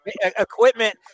equipment